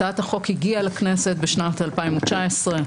הצעת החוק הגיעה לכנסת בשנת 2019,